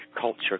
culture